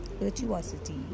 Virtuosity